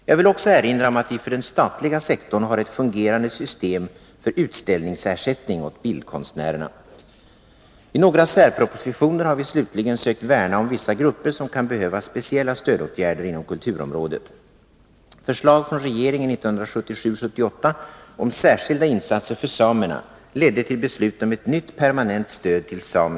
Jag vill också erinra om att vi för den statliga sektorn har ett fungerande system för utställningsersättning åt bildkonstnärerna. I några särpropositioner har vi slutligen sökt värna om vissa grupper, som kan behöva speciella stödåtgärder inom kulturområdet.